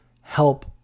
help